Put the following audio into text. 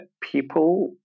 people